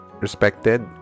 respected